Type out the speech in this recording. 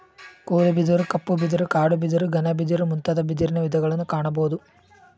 ಕೋಲು ಬಿದಿರು, ಕಪ್ಪು ಬಿದಿರು, ಕಾಡು ಬಿದಿರು, ಘನ ಬಿದಿರು ಮುಂತಾದ ಬಿದಿರಿನ ವಿಧಗಳನ್ನು ಕಾಣಬೋದು